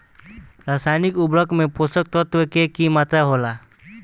रसायनिक उर्वरक में पोषक तत्व के की मात्रा होला?